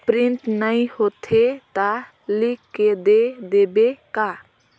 Print नइ होथे ता लिख के दे देबे का?